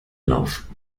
lauf